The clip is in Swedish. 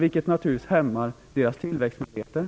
Detta hämmar naturligtvis företagens tillväxtmöjligheter.